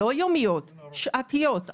לא יומיות, שעתיות.